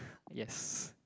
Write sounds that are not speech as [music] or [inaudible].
[noise] yes